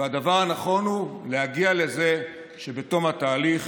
והדבר הנכון הוא להגיע לזה שבתום התהליך